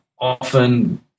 Often